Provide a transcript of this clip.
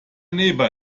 neighbour